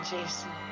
Jason